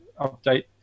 update